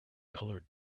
colored